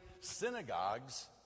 synagogues